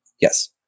Yes